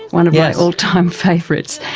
one of my all-time favourites,